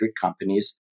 companies